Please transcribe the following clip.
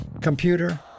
computer